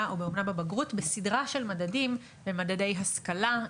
או באומנה בבגרות בסדרה של מדדים במדדי השכלה,